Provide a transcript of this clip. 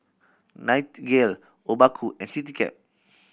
Nightingale Obaku and Citycab